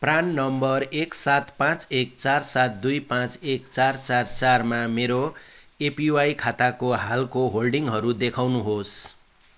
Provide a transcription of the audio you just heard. PRAN number एक सात पाँच एक चार सात दुई पाँच एक चार चार चारमा मेरो एपिवाई खाताको हालको होल्डिङहरू देखाउनुहोस्